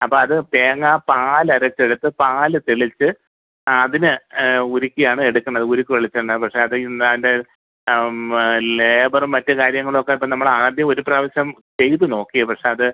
അപ്പോൾ അത് തേങ്ങാ പാലരച്ചെടുത്ത് പാൽ തെളിച്ച് അതിനെ ഉരുക്കിയാണ് എടുക്കണത് ഉരുക്ക് വെളിച്ചെണ്ണ പക്ഷേ അത് ഇന്നാൻ്റെ നമ്മൾ ലേബറും മറ്റ് കാര്യങ്ങളും ഒക്കെ ഇപ്പം നമ്മളാദ്യം ഒരു പ്രാവശ്യം ചെയ്ത് നോക്കി പക്ഷേ അത്